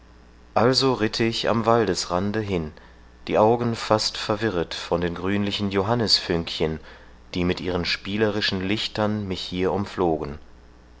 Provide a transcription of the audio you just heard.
also ritte ich am waldesrande hin die augen fast verwirret von den grünlichen johannisfünkchen die mit ihren spielerischen lichtern mich hier umflogen